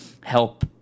help